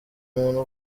muntu